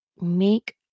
make